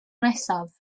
nesaf